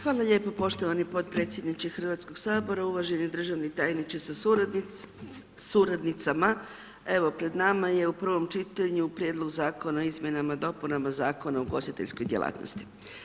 Hvala lijepo poštovana potpredsjedniče Hrvatskog sabora, uvažena državni tajniče sa suradnicama, evo, pred nama je u prvom čitanju prijedlog Zakona o izmjenama i dopunama zakona o ugostiteljskoj djelatnosti.